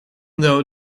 though